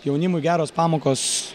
jaunimui geros pamokos